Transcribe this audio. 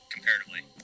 Comparatively